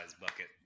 bucket